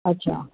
अच्छा